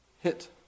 hit